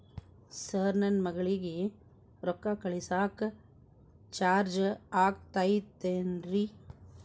Sir ನನ್ನ ಮಗಳಗಿ ರೊಕ್ಕ ಕಳಿಸಾಕ್ ಚಾರ್ಜ್ ಆಗತೈತೇನ್ರಿ?